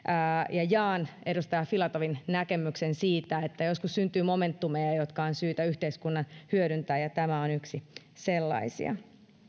jaan edustaja filatovin näkemyksen että joskus syntyy momentumeja jotka on syytä yhteiskunnan hyödyntää ja tämä on yksi sellaisia